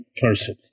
person